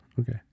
okay